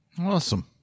Awesome